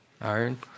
Iron